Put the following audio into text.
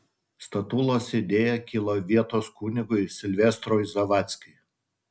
statulos idėja kilo vietos kunigui silvestrui zavadzkiui